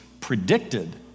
predicted